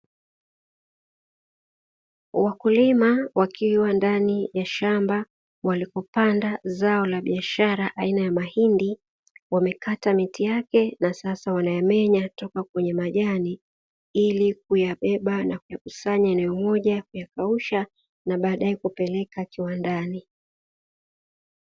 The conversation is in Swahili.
Wakulima wakiwa ndani ya shamba walipopanda zao la biashara aina ya mahindi, wamekata miti yake na sasa wanayamenya toka kwenye majani ili kuyabeba na kuyakusanya eneo moja, kuyakausha na baadaye kupeleka kiwandani.